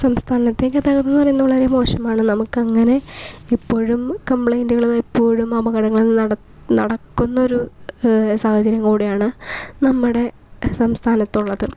സംസ്ഥാനത്തെ ഗതാഗതം എന്ന് പറയുന്നത് വളരെ മോശമാണ് നമുക്കങ്ങനെ എപ്പോഴും കംപ്ലയിൻറ്റുകള് എപ്പോഴും അപകടങ്ങള് നട നടക്കുന്നൊരു സാഹചര്യം കൂടെയാണ് നമ്മുടെ സംസ്ഥാനത്തുള്ളത്